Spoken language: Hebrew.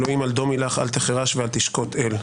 אלוהים אל-דומי-לך, אל-תחרש ואל-תשקוט אל.